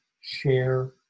Share